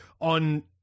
on